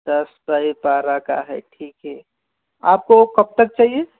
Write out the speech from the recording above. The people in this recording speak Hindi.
दस बाई बारह का है ठीक है आप को कब तक चाहिए